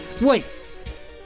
Wait